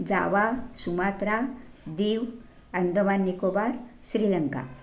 Java Sumatra Diu Andaman Nicobar Sri Lanka